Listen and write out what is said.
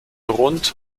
rund